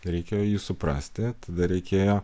reikėjo jį suprasti tada reikėjo